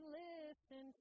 listen